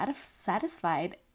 satisfied